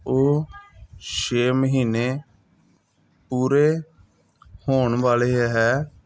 ਉਹ ਛੇ ਮਹੀਨੇ ਪੂਰੇ ਹੋਣ ਵਾਲੇ ਹੈ